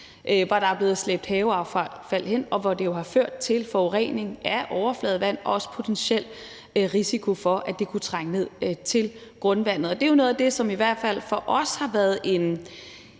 hvor der er blevet slæbt haveaffald hen, og hvor det har ført til forurening af overfladevand og også potentiel risiko for, at det kunne trænge ned til grundvandet. Det er jo noget af det, som i hvert fald for os har været en